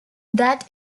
that